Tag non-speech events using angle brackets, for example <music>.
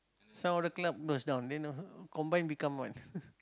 some of the club close down then now combine become what <laughs>